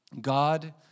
God